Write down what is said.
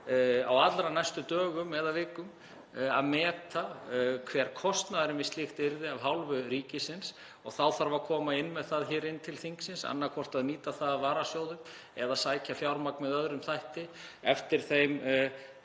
á allra næstu dögum eða vikum, að meta hver kostnaðurinn við slíkt yrði af hálfu ríkisins og þá þarf að koma með það hér til þingsins. Annaðhvort að nýta varasjóði eða sækja fjármagn með öðrum hætti eftir þeim